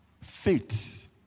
Faith